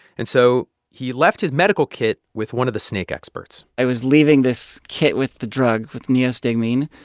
and so he left his medical kit with one of the snake experts i was leaving this kit with the drug, with neostigmine,